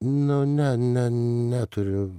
nu ne ne neturiu